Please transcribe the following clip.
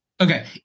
Okay